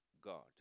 God